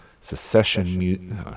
secession